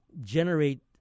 generate